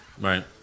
Right